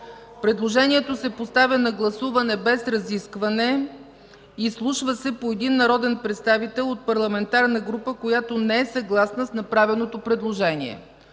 Предложението се поставя на гласуване без разискване, изслушва се по един народен представител от парламентарна група, която не е съгласна с направеното предложение.